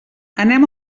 anem